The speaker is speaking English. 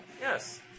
Yes